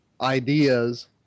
ideas